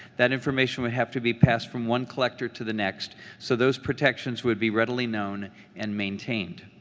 that information would have to be passed from one collector to the next so those protections would be readily known and maintained.